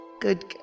good